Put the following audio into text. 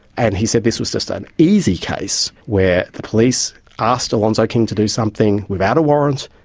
and he said this was just an easy case where the police asked alonzo king to do something without a warrant,